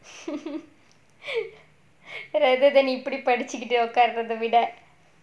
rather than you இப்டி படிச்சுக்கிட்டு உட்கார்ரதை விட:ipdi padichittu utkaaratha vida